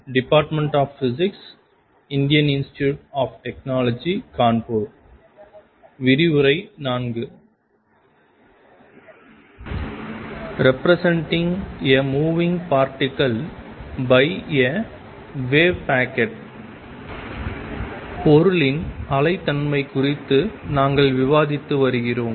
representing a moving பார்ட்டிகள் by a wave packet பொருளின் அலை தன்மை குறித்து நாங்கள் விவாதித்து வருகிறோம்